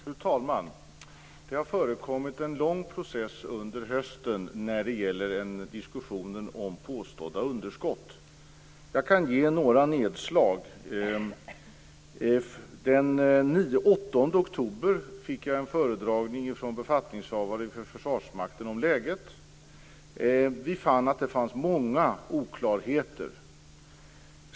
Fru talman! Det har förekommit en lång process under hösten när det gäller diskussionen om påstådda underskott. Jag kan göra några nedslag. Den 8 oktober fick jag en föredragning från en befattningshavare för Försvarsmakten om läget. Vi fann att det fanns många oklarheter.